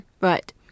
Right